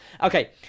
Okay